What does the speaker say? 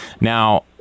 Now